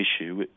issue